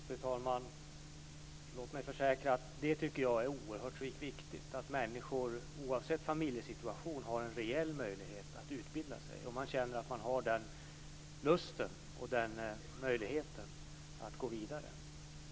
Fru talman! Låt mig försäkra att jag tycker att det är oerhört viktigt att människor oavsett familjesituation har en reell möjlighet att utbilda sig om de känner att de har den lusten och den möjligheten att gå vidare.